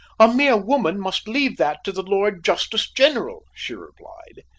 a mere woman must leave that to the lord justice-general, she replied.